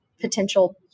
potential